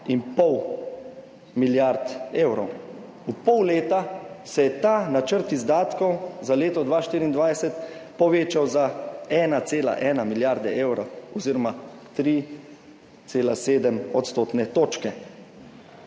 in pol milijard evrov. V pol leta se je ta načrt izdatkov za leto 2024 povečal za 1,1 milijarde evrov oziroma 3,7 odstotne točke.